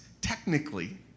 technically